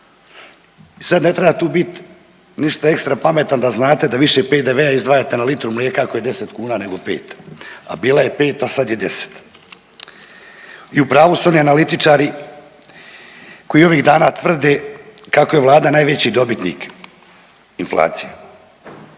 sad ne treba tu biti ništa ekstra pametan da znate da više PDV-a izdvajate na litru mlijeka ako je 10 kuna nego 5, a bila je 5, a sad je 10 i u pravu su oni analitičari koji ovih dana tvrde kako je Vlada najveći dobitnih inflacije.